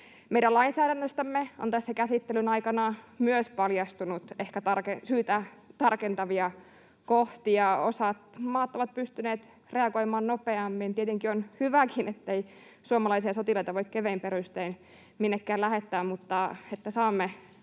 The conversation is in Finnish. Meidän lainsäädännöstämme on tässä käsittelyn aikana myös paljastunut ehkä tarkennettavia kohtia. Osa maista on pystynyt reagoimaan nopeammin. Tietenkin on hyväkin, ettei suomalaisia sotilaita voi kevein perustein minnekään lähettää, mutta jotta saamme